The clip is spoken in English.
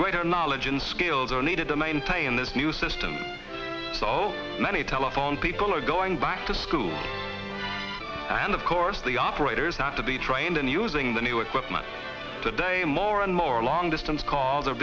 greater knowledge and skills are needed to maintain this new system so many telephone people are going back to school and of course the operators have to be trained in using the new equipment today more and more long distance call